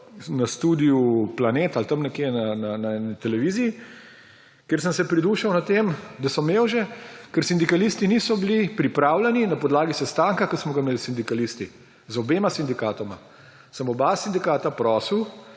v studiu Planet ali tam nekje, na eni televiziji, kjer sem se pridušal nad tem, da so mevže, ker sindikalisti niso bili pripravljeni na podlagi sestanka, ki smo ga imel s sindikalisti, z obema sindikatoma, oba sindikata sem prosil,